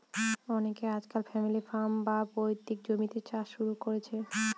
অনকে আজকাল family farm, বা পৈতৃক জমিতে চাষ শুরু করেছে